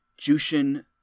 Jushin